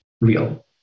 real